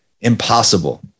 impossible